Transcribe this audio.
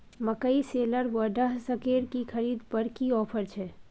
मकई शेलर व डहसकेर की खरीद पर की ऑफर छै?